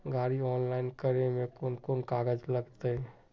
गाड़ी ऑनलाइन करे में कौन कौन कागज लगते?